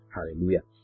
Hallelujah